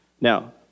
Now